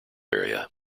area